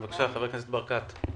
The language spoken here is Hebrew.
בבקשה, חבר הכנסת ברקת.